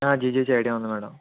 details idea ఉంది madam